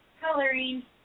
coloring